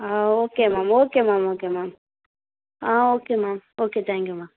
ah okay ma'am okay ma'am okay ma'am ah okay ma'am okay thank you ma'am